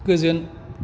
गोजोन